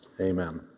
Amen